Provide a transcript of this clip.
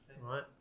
right